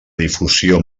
difusió